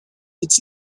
its